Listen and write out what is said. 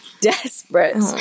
desperate